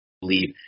believe